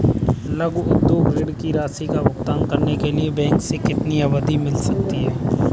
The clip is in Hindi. लघु उद्योग ऋण की राशि का भुगतान करने के लिए बैंक से कितनी अवधि मिल सकती है?